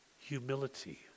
humility